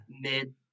mid